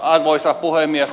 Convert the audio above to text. arvoisa puhemies